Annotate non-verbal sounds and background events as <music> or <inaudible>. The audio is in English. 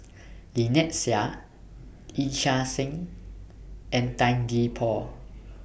<noise> Lynnette Seah Yee Chia Hsing and Tan Gee Paw